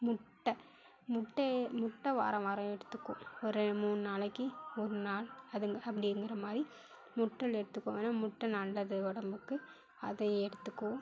முட்டை முட்டைய முட்டை வாரம் வாரம் எடுத்துக்குவோம் ஒரு மூணு நாளைக்கு ஒரு நாள் அதுங்க அப்படிங்கிற மாதிரி முட்டல் எடுத்துக்குவோம் ஏன்னால் முட்டை நல்லது உடம்புக்கு அதையும் எடுத்துக்குவோம்